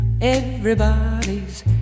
Everybody's